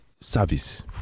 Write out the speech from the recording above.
service